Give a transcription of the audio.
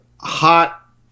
hot